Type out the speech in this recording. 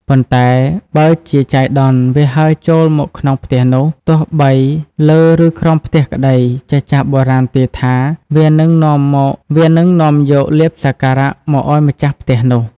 ប៉ុន្តែ បើជាចៃដន្យវាហើរចូលក្នុងផ្ទះនោះ ទោះបីលើ ឬក្រោមផ្ទះក្ដី ចាស់បុរាណទាយថាវានឹងនាំយកលាភសក្ការៈមកឱ្យម្ចាស់ផ្ទះនោះ។